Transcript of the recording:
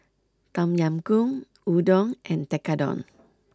Tom Yam Goong Udon and Tekkadon